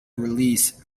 release